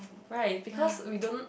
right because we don't